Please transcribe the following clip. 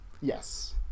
Yes